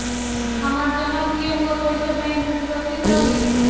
हमार जमा किया हुआ पईसा बैंक में सुरक्षित रहीं?